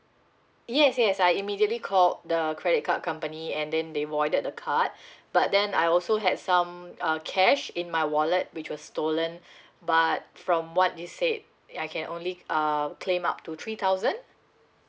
yes yes I immediately called the credit card company and then they voided the card but then I also had some uh cash in my wallet which was stolen but from what they said I can only um claim up to three thousand